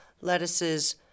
lettuces